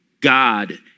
God